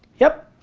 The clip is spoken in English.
yep,